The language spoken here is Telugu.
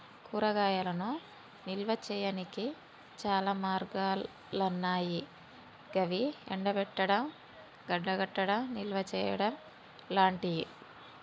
కూరగాయలను నిల్వ చేయనీకి చాలా మార్గాలన్నాయి గవి ఎండబెట్టడం, గడ్డకట్టడం, నిల్వచేయడం లాంటియి